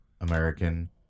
American